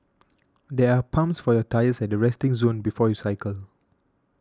there are pumps for your tyres at the resting zone before you cycle